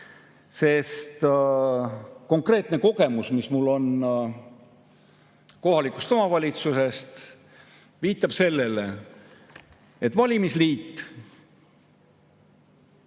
Konkreetne kogemus, mis mul on kohalikust omavalitsusest, viitab sellele, et valimisliidus